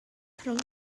rhwng